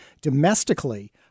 domestically